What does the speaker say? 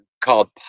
called